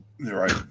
right